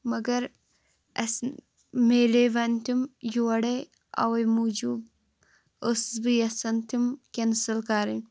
مگر اسہِ مِلاے وۄنۍ تِم یورَے اَوے موجوٗب ٲسٕس بہٕ یژھان تِم کینسَل کَرٕنۍ